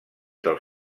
dels